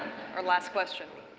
our last question.